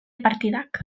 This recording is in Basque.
partidak